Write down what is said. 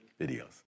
videos